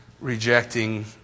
rejecting